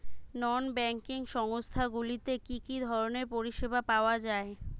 নন banking সংস্থা গুলিতে কি কি ধরনের পরিসেবা পাওয়া য়ায়?